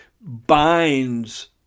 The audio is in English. binds